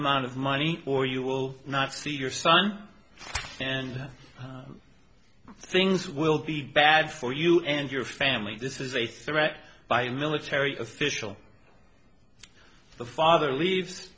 amount of money or you will not see your son and things will be bad for you and your family this is a threat by a military official the father lea